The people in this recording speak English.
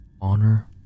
honor